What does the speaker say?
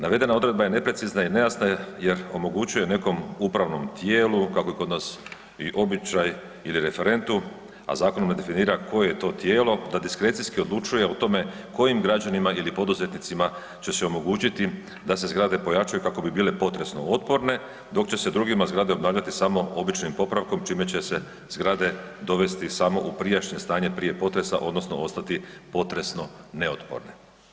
Navedena odredba je neprecizna i nejasna jer omogućuje nekom upravnom tijelu, kako je kod nas običaj ili referentu, a zakon ne definira koje je to tijelo da diskrecijski odlučuje o tome kojim građanima ili poduzetnicima će se omogućiti da se zgrade pojačaju kako bi bile potresno otporne, dok će se drugima zgrade obnavljati samo običnim popravkom čime će se zgrade dovesti u samo u prijašnje stanje prije potresa odnosno ostati potresno neotporne.